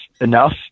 enough